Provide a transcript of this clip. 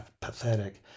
pathetic